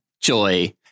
joy